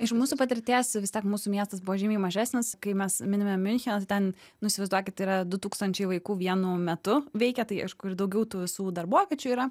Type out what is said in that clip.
iš mūsų patirties vis tiek mūsų miestas buvo žymiai mažesnis kai mes minime miuncheną tai ten nu įsivaizduokit yra du tūkstančiai vaikų vienu metu veikia tai aišku ir daugiau tų visų darboviečių yra